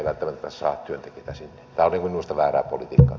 tämä tällainen on minusta väärää politiikkaa